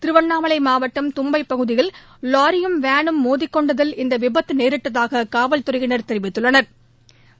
திருவண்ணாமலை மாவட்டம் தும்பை பகுதியில் லாரியும் வேனும் மோதிக் கொண்டதில் இந்த விபத்து நேரிட்டதாக காவல்துறையினா் தெரிவித்துள்ளனா்